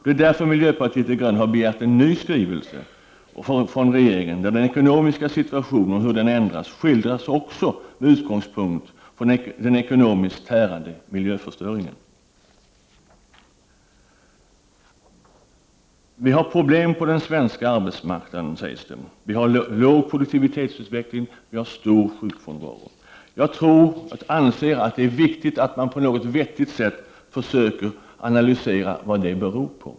Det är därför som miljöpartiet de gröna har begärt en ny skrivelse från regeringen, där den ekonomiska situationen och hur den ändras skildras också med utgångspunkt från den ekonomiskt tärande miljöförstöringen. Vi har problem på den svenska arbetsmarknaden, sägs det. Vi har låg produktivitetsutveckling och vi har stor sjukfrånvaro. Jag anser att det är viktigt att man på något vettigt sätt försöker analysera vad det beror på.